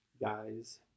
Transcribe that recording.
guys